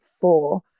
four